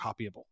copyable